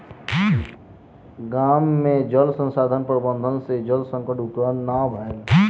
गाम में जल संसाधन प्रबंधन सॅ जल संकट उत्पन्न नै भेल